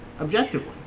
objectively